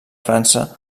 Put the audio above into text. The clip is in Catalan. frança